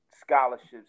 scholarships